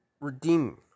redeem